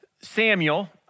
Samuel